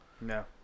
No